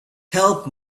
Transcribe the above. help